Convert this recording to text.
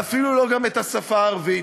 ואפילו לא את השפה הערבית,